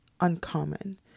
uncommon